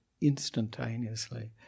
instantaneously